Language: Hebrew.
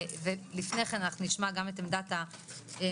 ולפני כן אנחנו נשמע גם את עמדת הממ"מ,